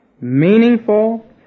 meaningful